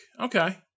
Okay